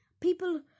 People